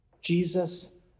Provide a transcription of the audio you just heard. Jesus